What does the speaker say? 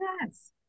yes